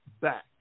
back